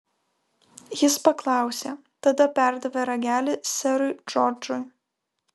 jis paklausė tada perdavė ragelį serui džordžui